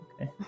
Okay